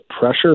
pressure